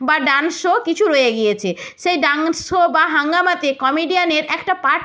বা dance show কিছু রয়ে গিয়েছে সেই ডান্স শো বা হাঙ্গামাতে কমেডিয়ানের একটা পার্ট